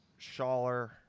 Schaller